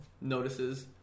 notices